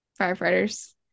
firefighters